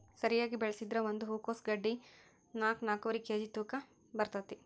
ಸರಿಯಾಗಿ ಬೆಳಸಿದ್ರ ಒಂದ ಹೂಕೋಸ್ ಗಡ್ಡಿ ನಾಕ್ನಾಕ್ಕುವರಿ ಕೇಜಿ ತೂಕ ಬರ್ತೈತಿ